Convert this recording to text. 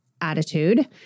attitude